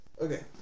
Okay